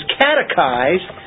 catechized